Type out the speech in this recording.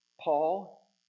Paul